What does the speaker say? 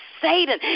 Satan